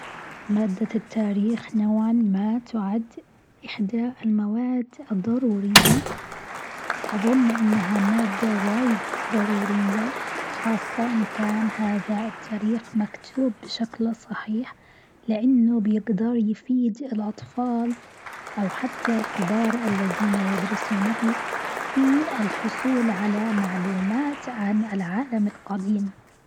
مادة التاريخ نوعًا ما تعد إحدى المواد الضرورية، أظن إنها مادة واجد ضرورية خاصة أن كان هذا التاريخ مكتوب بشكل صحيح، لانه بيقدر يفيد الاطفال أو حتى الكبار الذين يدرسونه في الحصول على معلومات عن العالم القديم.